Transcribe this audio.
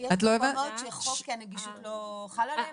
יש מקומות שחוק הנגישות לא חל עליהם?